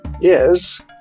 yes